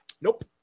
nope